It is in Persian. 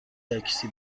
تاکسی